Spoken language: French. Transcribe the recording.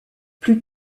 plus